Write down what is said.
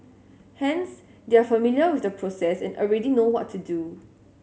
hence they are familiar with the process and already know what to do